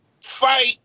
fight